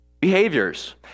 behaviors